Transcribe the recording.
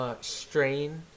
Strain